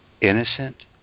innocent